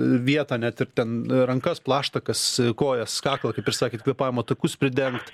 vietą net ir ten rankas plaštakas kojas kaklą kaip ir sakėt kvėpavimo takus pridengt